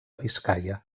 biscaia